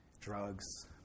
Drugs